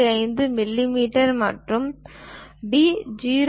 5 millimetre மற்றும் d 0